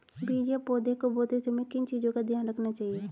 बीज या पौधे को बोते समय किन चीज़ों का ध्यान रखना चाहिए?